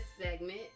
segment